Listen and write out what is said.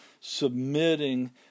submitting